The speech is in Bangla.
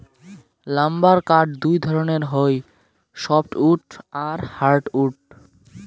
লাম্বার কাঠ দুই ধরণের হই সফ্টউড আর হার্ডউড